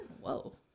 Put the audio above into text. Whoa